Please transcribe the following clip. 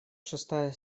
шестая